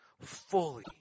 fully